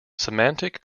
semantic